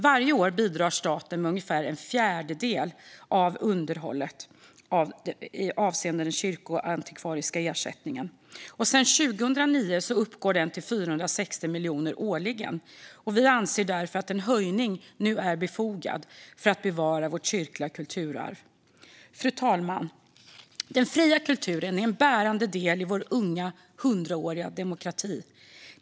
Varje år bidrar staten med ungefär en fjärdedel av underhållet genom den kyrkoantikvariska ersättningen. Sedan 2009 uppgår denna till 460 miljoner årligen, och vi anser därför att en höjning nu är befogad för att bevara vårt kyrkliga kulturarv. Fru talman! Den fria kulturen är en bärande del i vår unga 100-åriga demokrati.